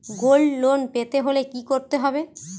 Gold loan পেতে হলে কি করতে হবে?